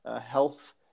health